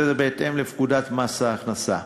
זה בהתאם לפקודת מס ההכנסה.